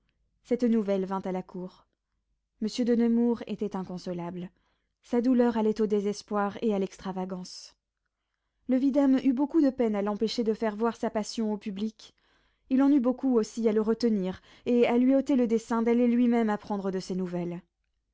cette nouvelle vint à la cour monsieur de nemours était inconsolable sa douleur allait au désespoir et à l'extravagance le vidame eut beaucoup de peine à l'empêcher de faire voir sa passion au public il en eut beaucoup aussi à le retenir et à lui ôter le dessein d'aller lui-même apprendre de ses nouvelles